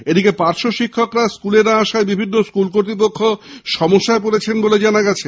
এদিকে পার্শ্ব শিক্ষকরা স্কুলে না আসায় বিভিন্ন স্কুল কর্তৃপক্ষ সমস্যায় পড়েছেন বলে জানা গেছে